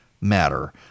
matter